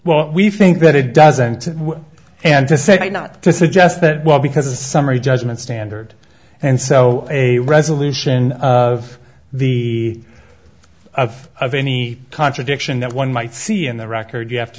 well we think that it doesn't and to say not to suggest that well because a summary judgment standard and so a resolution of the of of any contradiction that one might see in the record you have to